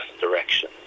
direction